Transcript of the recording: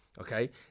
Okay